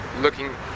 looking